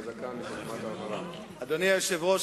אדוני היושב-ראש,